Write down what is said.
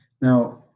Now